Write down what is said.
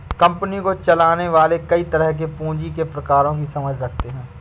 company को चलाने वाले कई तरह के पूँजी के प्रकारों की समझ रखते हैं